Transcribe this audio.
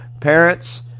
parents